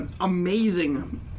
amazing